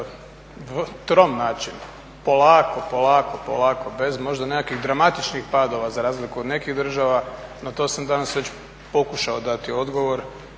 trom način polako, polako, polako bez možda nekakvih dramatičnih padova, za razliku od nekih država na to sam danas već pokušao dati odgovor